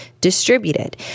distributed